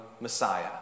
Messiah